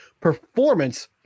performance